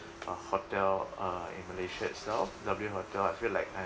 uh hotel uh in Malaysia itself W hotel I feel like